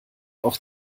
auch